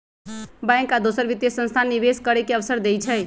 bank आ दोसर वित्तीय संस्थान निवेश करे के अवसर देई छई